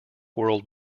world